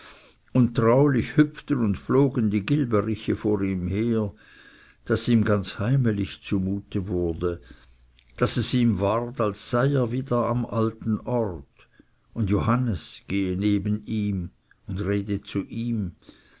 und traulich hüpften und flogen die gilberiche vor ihm her daß ihm ganz heimelig zumute wurde daß es ihm ward als sei er wieder am alten ort und johannes gehe neben ihm und rede zu ihm